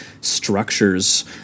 structures